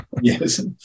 Yes